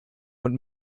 und